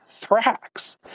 Thrax